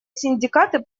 синдикаты